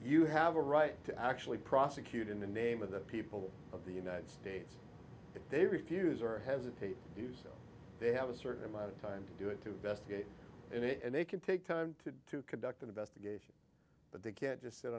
you have a right to actually prosecute in the name of the people of the united states if they refuse or hesitate to say they have a certain amount of time to do it to best gate and they can take time to conduct an investigation but they can't just sit